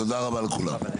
תודה רבה לכולם.